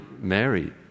Mary